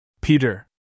Peter